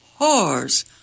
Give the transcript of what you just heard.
whores